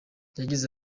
yagize